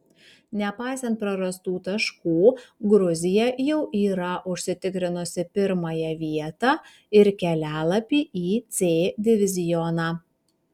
nepaisant prarastų taškų gruzija jau yra užsitikrinusi pirmąją vietą ir kelialapį į c divizioną